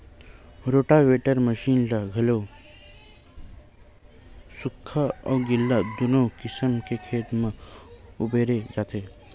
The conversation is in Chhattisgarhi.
रोटावेटर मसीन ल घलो सुख्खा अउ गिल्ला दूनो किसम के खेत म बउरे जाथे